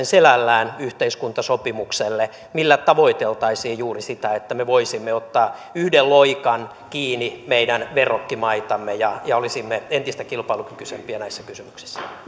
selällään yhteiskuntasopimukselle millä tavoiteltaisiin juuri sitä että me voisimme ottaa yhden loikan kiinni meidän verrokkimaitamme ja ja olisimme entistä kilpailukykyisempiä näissä kysymyksissä